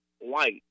white